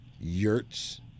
yurts